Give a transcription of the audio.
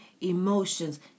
emotions